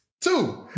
Two